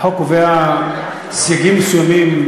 החוק קובע סייגים מסוימים,